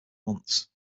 months